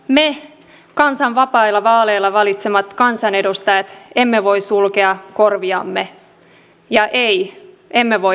me kansan vapailla vaaleilla valitsemat kansanedustajat emme voi sulkea korviamme ja ei emme voi vaieta